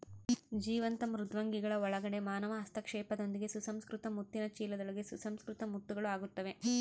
ಜೀವಂತ ಮೃದ್ವಂಗಿಗಳ ಒಳಗಡೆ ಮಾನವ ಹಸ್ತಕ್ಷೇಪದೊಂದಿಗೆ ಸುಸಂಸ್ಕೃತ ಮುತ್ತಿನ ಚೀಲದೊಳಗೆ ಸುಸಂಸ್ಕೃತ ಮುತ್ತುಗಳು ಆಗುತ್ತವೆ